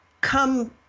come